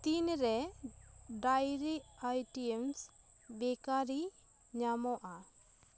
ᱛᱤᱱᱨᱮ dairy items ᱵᱮᱠᱟᱨᱤ ᱧᱟᱢᱚᱜᱼᱟ